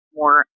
more